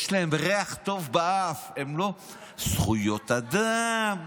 יש להם ריח טוב באף: זכויות אדם,